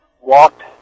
walked